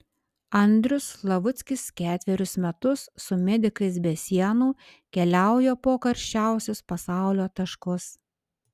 andrius slavuckis ketverius metus su medikais be sienų keliauja po karščiausius pasaulio taškus